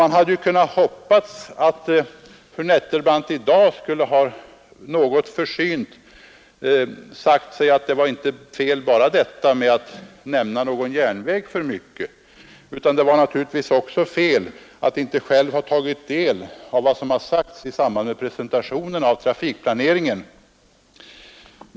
Man hade kunnat hoppas att fru Nettelbrandt i dag något försynt skulle ha sagt att det var fel inte bara att nämna någon järnväg för mycket utan också att inte själv ha tagit del av vad som sagts i samband med presentationen av trafikplaneringen.